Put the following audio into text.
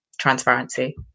transparency